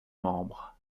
membres